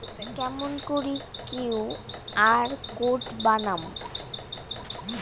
কেমন করি QR code বানাম?